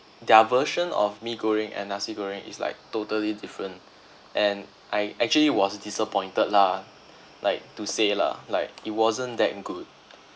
their version of mee goreng and nasi goreng is like totally different and I actually was disappointed lah like to say lah like it wasn't that good